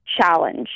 challenge